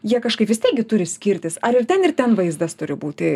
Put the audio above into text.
jie kažkaip vis tiek gi turi skirtis ar ir ten ir ten vaizdas turi būti